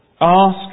ask